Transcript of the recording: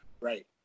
Right